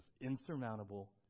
insurmountable